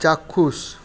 চাক্ষুষ